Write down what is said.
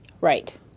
right